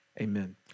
amen